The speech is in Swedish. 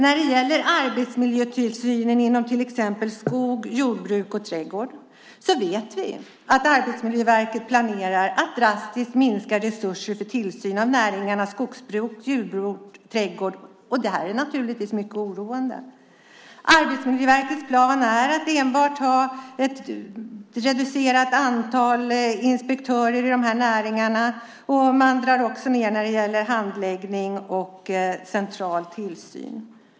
När det gäller arbetsmiljötillsynen inom till exempel näringarna skogsbruk, jordbruk och trädgård vet vi att Arbetsmiljöverket planerar att drastiskt minska resurserna. Det är naturligtvis mycket oroande. Arbetsmiljöverkets plan är att enbart ha ett reducerat antal inspektörer i dessa näringar. Man drar också ned på handläggning och central tillsyn.